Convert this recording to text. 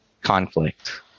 conflict